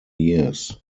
years